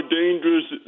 dangerous